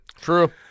True